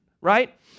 right